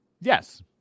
Yes